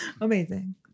Amazing